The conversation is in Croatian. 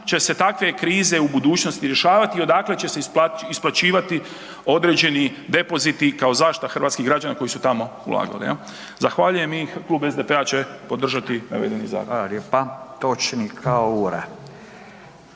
će se takve krize u budućnosti rješavati i odakle će se isplaćivati određeni depoziti kao zaštita hrvatskih građana koji su tamo ulagali, jel. Zahvaljujem i Klub SDP-a će podržati navedeni zakon. **Radin, Furio